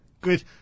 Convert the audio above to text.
Good